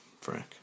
Frank